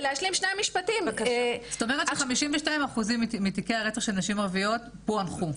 זאת אומרת ש-52 אחוזים מתיקי הרצח של נשים ערביות פוענחו.